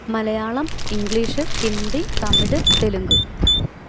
Malayalam English Hindi Tamil Telugu